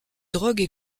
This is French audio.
drogue